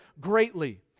greatly